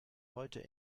heute